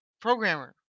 programmer